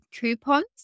coupons